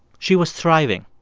she was thriving.